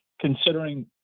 Considering